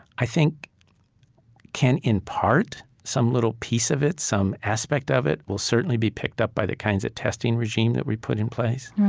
i think can in part, some little piece of it, some aspect of it can certainly be picked up by the kinds of testing regime that we put in place,